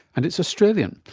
and it's australian.